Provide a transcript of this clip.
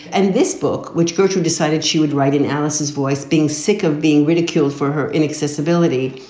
and this book, which gertrude decided she would write in alice's voice, being sick of being ridiculed for her inaccessibility,